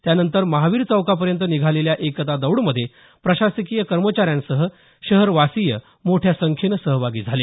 त्यानंतर महावीर चौकापर्यंत निघालेल्या एकता दौडमध्ये प्रशासकीय कर्मचाऱ्यांसह शहरवासीय मोठ्या संखेनं सहभागी झाले